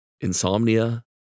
insomnia